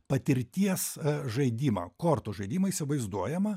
patirties žaidimą kortų žaidimą įsivaizduojamą